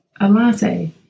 Alante